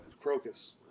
Crocus